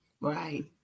Right